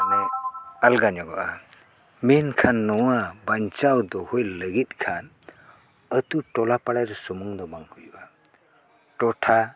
ᱢᱟᱱᱮ ᱟᱞᱜᱟ ᱧᱚᱜᱚᱜᱼᱟ ᱢᱮᱱᱠᱷᱟᱱ ᱱᱚᱣᱟ ᱵᱟᱧᱪᱟᱣ ᱫᱚᱦᱚᱭ ᱞᱟᱹᱜᱤᱫ ᱠᱷᱟᱱ ᱟᱛᱳ ᱴᱚᱞᱟ ᱯᱟᱲᱟᱨᱮ ᱥᱩᱢᱩᱝ ᱫᱚ ᱵᱟᱝ ᱦᱩᱭᱩᱜᱼᱟ ᱴᱚᱴᱷᱟ